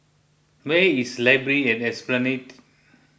where is Library at Esplanade